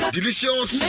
Delicious